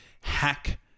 hack